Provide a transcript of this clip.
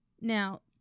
Now